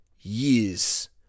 years